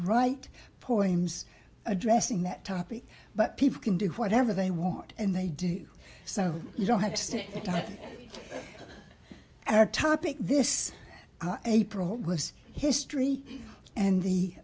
write poems addressing that topic but people can do whatever they want and they do so you don't have to stick to our topic this april was history and the